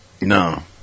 No